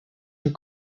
your